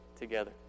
together